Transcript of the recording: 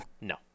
No